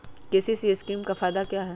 KCC scheme का फायदा क्या है?